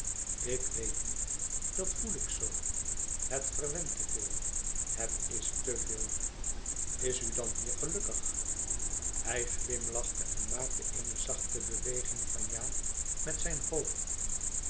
ik weet niet dat voel ik zoo het verwent te veel het is te veel is u dan hier gelukkig hij glimlachte en maakte eene zachte beweging van ja met zijn hoofd